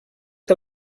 que